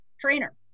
trainer